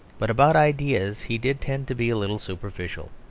but about ideas he did tend to be a little superficial.